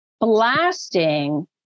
blasting